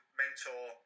mentor